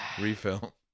refill